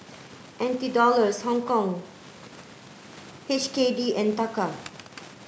N T Dollars Hongkong H K D and Taka